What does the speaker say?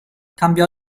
cambiò